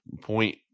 point